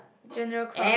general club